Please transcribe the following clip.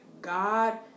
God